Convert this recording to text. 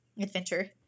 adventure